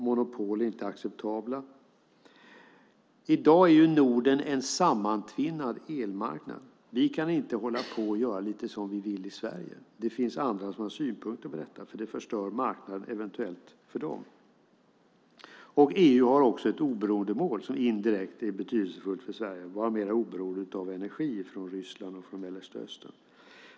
Monopol är inte acceptabla. I dag är Norden en sammantvinnad elmarknad. Vi kan inte göra lite som vi vill i Sverige. Det finns andra som har synpunkter på detta, för det förstör eventuellt marknaden för dem. EU har också ett oberoende mål som indirekt är betydelsefullt för Sverige, att vara mer oberoende av energi från Ryssland och från Mellanöstern.